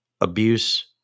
abuse